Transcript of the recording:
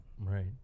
right